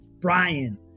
Brian